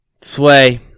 Sway